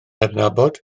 adnabod